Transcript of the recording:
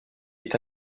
est